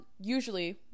usually